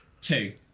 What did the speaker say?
two